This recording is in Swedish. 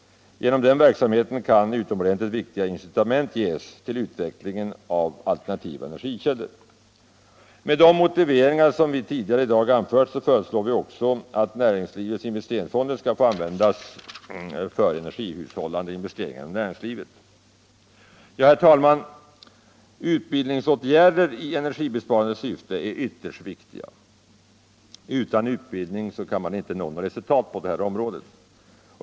Genom den verksamheten kan utomordentligt viktiga incitament ges till utvecklingen av alternativa energikällor. Med de motiveringar som jag tidigare i dag anfört föreslår vi också att näringslivets investeringsfonder skall få användas för energihushållande investeringar i näringslivet. Herr talman! Utbildningsåtgärder i energibesparande syfte är ytterst viktiga. Utan utbildning kan man inte nå resultat på dessa områden.